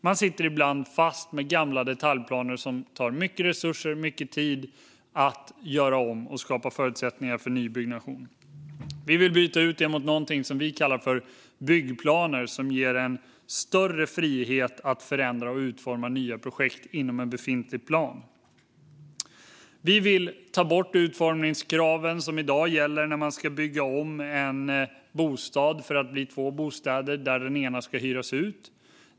Man sitter ibland fast med gamla detaljplaner som det tar mycket resurser och mycket tid att göra om för att skapa förutsättningar för ny byggnation. Vi vill byta ut detta mot någonting vi kallar byggplaner, som ger en större frihet att förändra och utforma nya projekt inom en befintlig plan. Vi vill ta bort utformningskraven som i dag gäller när man ska bygga om en bostad för att den ska bli två bostäder varav den ena ska hyras ut.